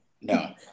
No